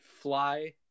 fly